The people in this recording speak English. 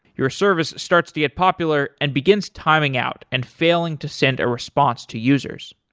your services starts to get popular and begins tiring out and failing to send a response to users.